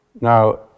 Now